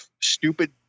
stupid